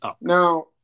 Now